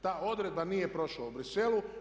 Ta odredba nije prošla u Bruxellesu.